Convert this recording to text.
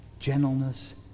gentleness